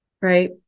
right